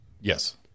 Yes